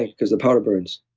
because of powder burns.